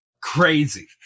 Crazy